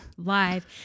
live